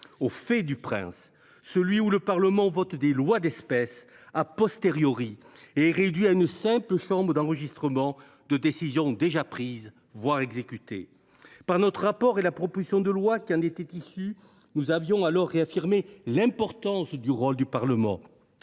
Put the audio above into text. au fait du prince, qui veut que le Parlement vote des lois d’espèces, réduisant celui ci à une simple chambre d’enregistrement de décisions déjà prises, voire exécutées. Au travers de notre rapport et de la proposition de loi qui en était issue, nous avions alors réaffirmé l’importance du rôle du Parlement.